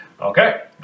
Okay